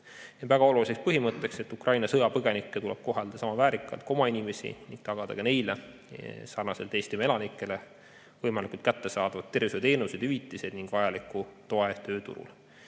Väga oluline põhimõte on, et Ukraina sõjapõgenikke tuleb kohelda sama väärikalt kui oma inimesi ning tagada ka neile sarnaselt Eesti elanikega võimalikult kättesaadavad tervishoiuteenuseid, hüvitised ning vajalik tugi tööturul.